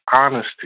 honesty